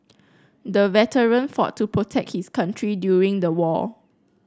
the veteran fought to protect his country during the war